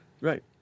Right